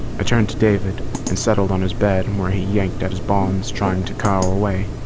i turned to david and settled on his bed and where he yanked at his bonds, trying to cower away.